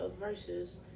versus